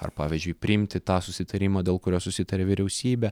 ar pavyzdžiui priimti tą susitarimą dėl kurio susitarė vyriausybė